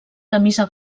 camisa